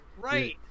right